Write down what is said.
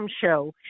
show